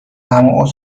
همون